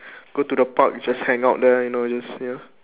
go to the park just hang out there you know just ya